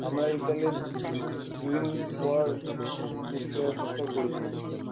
আমরা ওই তাহলে দু দিন পর ঘুরতে যাবার ডেটটাও করেছিলাম ফিক্সড